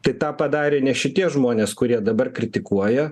tai tą padarė ne šitie žmonės kurie dabar kritikuoja